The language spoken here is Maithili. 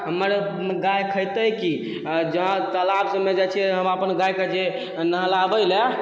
हमर गाय खयतै की आ जँ तालाबमे जाइ छिअइ अपन गायके जे नहलाबै लए